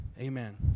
amen